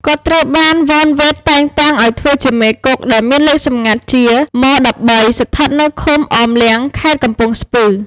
គាត់ត្រូវបាន វ៉ន វ៉េត តែងតាំងឱ្យធ្វើជាមេគុក ដែលមានលេខសម្ងាត់ថា ម-១៣ ស្ថិតនៅឃុំអមលាំង ខេត្តកំពង់ស្ពឺ។